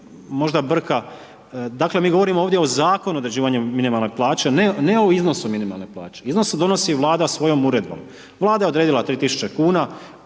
možda brka, dakle, mi govorimo ovdje o zakonu određivanje minimalne plaće, ne o iznosu minimalne plaće. Iznose donosi vlada svojom uredbom. Vlada je odredila 3000 kn.